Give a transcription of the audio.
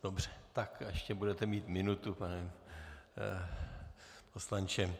Dobře, ještě budete mít minutu, pane poslanče.